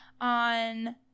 on –